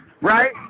right